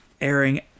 airing